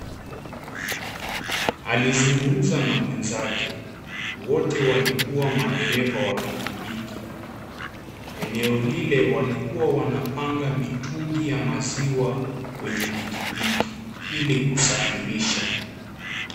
Alizungumza na mwenzake ,wote walikuwa madereva wa pikipiki. Eneo lile walikuwa wanapanga mitungi ya maziwa kwenye piki piki ili kusafirisha .